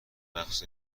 مخصوص